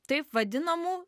taip vadinamų